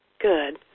Good